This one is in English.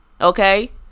Okay